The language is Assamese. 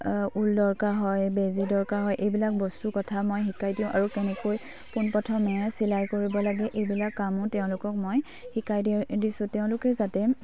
ঊল দৰকাৰ হয় বেজী দৰকাৰ হয় এইবিলাক বস্তুৰ কথা মই শিকাই দিওঁ আৰু কেনেকৈ পোনপ্ৰথমে চিলাই কৰিব লাগে এইবিলাক কামো তেওঁলোকক মই শিকাই দি দিছোঁ তেওঁলোকে যাতে